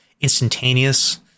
instantaneous